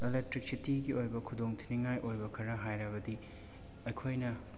ꯑꯦꯂꯦꯛꯇ꯭ꯔꯤꯛꯁꯤꯇꯤꯒꯤ ꯑꯣꯏꯕ ꯈꯨꯗꯣꯡꯊꯤꯅꯤꯡꯉꯥꯏ ꯑꯣꯏꯕ ꯈꯔ ꯍꯥꯏꯔꯕꯗꯤ ꯑꯩꯈꯣꯏꯅ